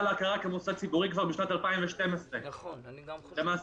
להכרה כמוסד ציבורי כבר משנת 2012. למעשה,